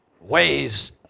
ways